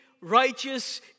righteous